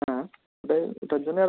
হ্যাঁ এবার এটার জন্যে আর